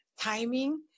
timing